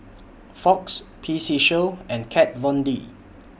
Fox P C Show and Kat Von D